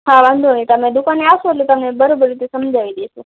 હા વાંધો નહીં તમે દુકાને આવશો એટલે તમને બરાબર રીતે સમજાવી દઇશું